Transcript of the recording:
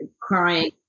crying